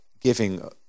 giving